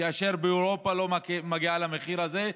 כאשר באירופה זה לא מגיע למחיר הזה,